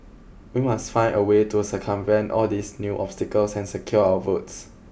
we must find a way to circumvent all these new obstacles and secure our votes